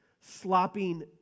slopping